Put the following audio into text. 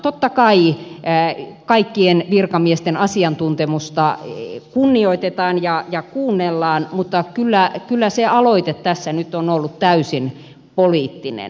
totta kai kaikkien virkamiesten asiantuntemusta kunnioitetaan ja kuunnellaan mutta kyllä se aloite tässä nyt on ollut täysin poliittinen